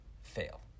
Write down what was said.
fail